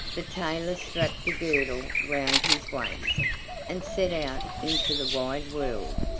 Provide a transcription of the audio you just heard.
the tailor strapped the girdle round his waist and set out into the wide world,